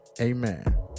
Amen